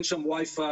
אין שם WIFI,